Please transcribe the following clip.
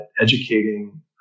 educating